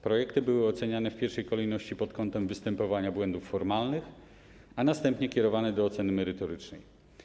Projekty były oceniane w pierwszej kolejności pod kątem występowania błędów formalnych, a następnie kierowane do oceny merytorycznej.